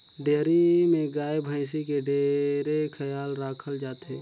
dairy में गाय, भइसी के ढेरे खयाल राखल जाथे